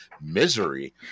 misery